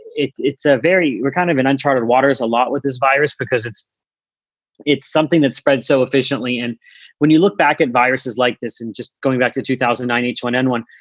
it's it's a very we're kind of in unchartered waters a lot with this virus because it's it's something that spread so efficiently. and when you look back at viruses like this and just going back to two thousand and nine h one n one,